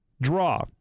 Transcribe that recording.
Draw